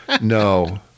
no